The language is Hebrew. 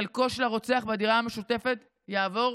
חלקו של הרוצח בדירה המשותפת יעבור